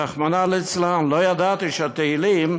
רחמנא ליצלן, לא ידעתי שתהילים,